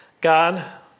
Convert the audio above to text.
God